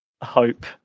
hope